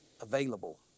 available